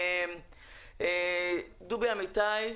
דובי אמיתי,